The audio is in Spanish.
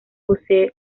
posee